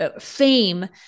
fame